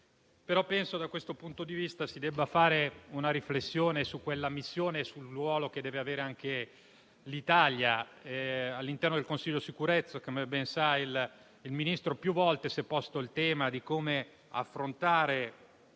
però che, da questo punto di vista, si debba fare una riflessione su quella missione e sul ruolo che deve avere l'Italia. All'interno del Consiglio di sicurezza delle Nazioni Unite, come ben sa il signor Ministro, più volte si è posto il tema di come affrontare